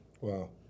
Wow